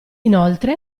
inoltre